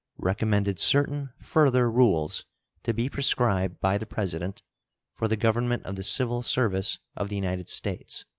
recommended certain further rules to be prescribed by the president for the government of the civil service of the united states.